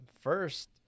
First